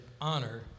honor